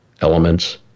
elements